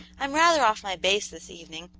i'm rather off my base this evening,